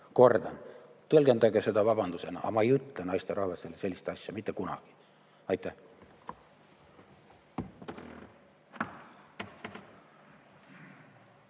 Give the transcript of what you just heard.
Kordan: tõlgendage seda vabandusena. Aga ma ei ütle naisterahvastele sellist asja mitte kunagi. Aitäh!